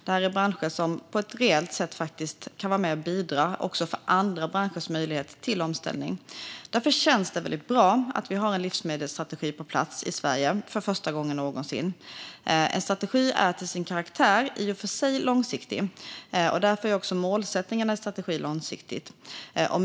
Det här är branscher som på ett reellt sätt kan vara med och bidra också till andra branschers möjligheter till omställning. Därför känns det väldigt bra att vi för första gången någonsin har en livsmedelsstrategi på plats i Sverige. En strategi är i och för sig till sin karaktär långsiktig, och därför är också målsättningarna i strategin långsiktiga.